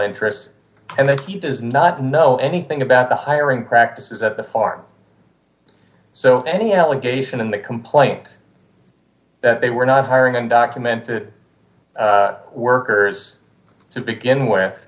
interest and that he does not know anything about the hiring practices at the farm so any allegation in the complaint that they were not hiring undocumented workers to begin w